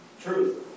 Truth